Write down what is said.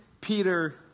Peter